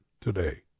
today